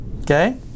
okay